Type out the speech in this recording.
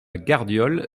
gardiole